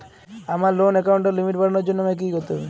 আমার লোন অ্যাকাউন্টের লিমিট বাড়ানোর জন্য আমায় কী কী করতে হবে?